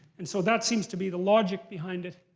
and so that seems to be the logic behind it.